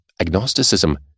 agnosticism